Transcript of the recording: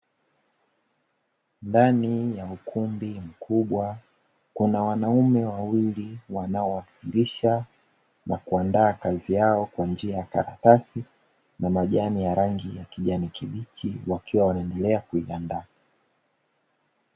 Ndani ya ukumbi mkubwa kuna wanaume wawili wanaowasilisha na kuandaa kazi yao kwa njia ya karatasi na majani ya rangi ya kijani kibichi; wakiwa wanaendelea kuiandaa.